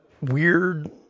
weird